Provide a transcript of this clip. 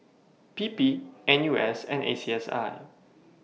P P N U S and A C S